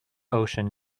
ocean